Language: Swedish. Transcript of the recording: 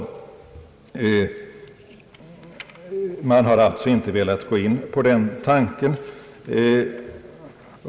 Man har alltså inte velat gå in på den tanken.